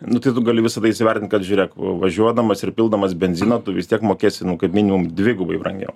nu tai tu gali visada įsivertint kad žiūrėk važiuodamas ir pildamas benziną tu vis tiek mokėsi nu kaip minimum dvigubai brangiau